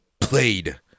played